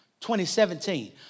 2017